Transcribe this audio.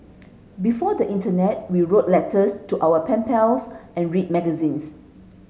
before the internet we wrote letters to our pen pals and read magazines